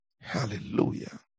hallelujah